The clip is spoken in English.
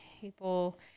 people